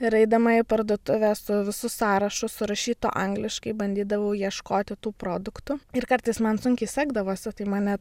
ir eidama į parduotuvę su visu sąrašu surašytu angliškai bandydavau ieškoti tų produktų ir kartais man sunkiai sekdavosi tai man net